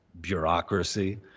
bureaucracy